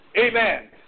Amen